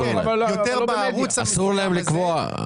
לא, אסור להם לקבוע.